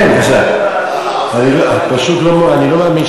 אני פשוט לא מאמין,